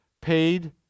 paid